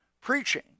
Preaching